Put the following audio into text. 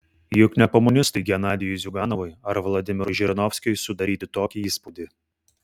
juk ne komunistui genadijui ziuganovui ar vladimirui žirinovskiui sudaryti tokį įspūdį